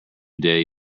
day